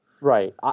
Right